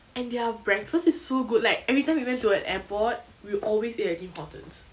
and their breakfast is so good like everytime we went to an airport we will always eat at tim hortons